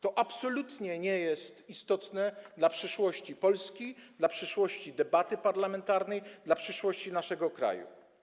To absolutnie nie jest istotne dla przyszłości Polski, dla przyszłości debaty parlamentarnej, dla przyszłości naszego kraju.